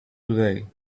today